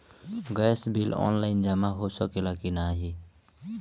Gas bill online जमा हो सकेला का नाहीं?